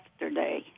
yesterday